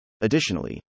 Additionally